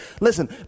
listen